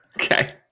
okay